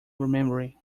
remembering